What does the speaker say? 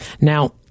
Now